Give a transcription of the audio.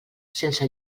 sense